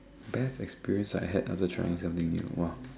bad experience I had other trying something new !wow!